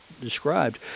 described